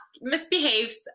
misbehaves